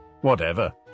Whatever